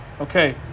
Okay